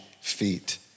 feet